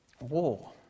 war